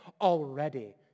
already